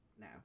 No